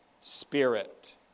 Spirit